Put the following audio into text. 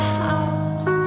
house